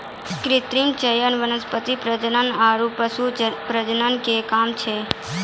कृत्रिम चयन वनस्पति प्रजनन आरु पशु प्रजनन के काम छै